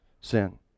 sin